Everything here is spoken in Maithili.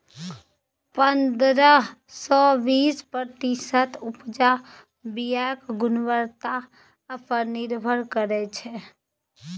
पंद्रह सँ बीस प्रतिशत उपजा बीयाक गुणवत्ता पर निर्भर करै छै